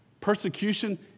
persecution